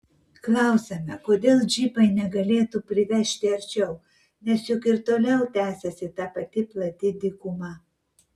klausiame kodėl džipai negalėtų privežti arčiau nes juk ir toliau tęsiasi ta pati plati dykuma